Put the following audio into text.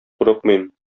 курыкмыйм